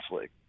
league